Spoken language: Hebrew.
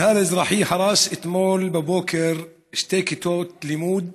המינהל האזרחי הרס אתמול בבוקר שתי כיתות לימוד